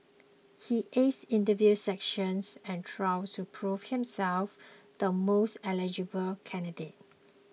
he aced interview sessions and trials to prove himself the most eligible candidate